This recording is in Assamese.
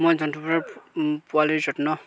মই জন্তুবোৰৰ পোৱালিৰ যত্ন